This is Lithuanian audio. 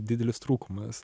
didelis trūkumas